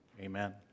Amen